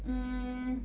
mm